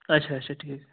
اچھا اچھا ٹھیٖک